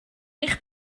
eich